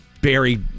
Barry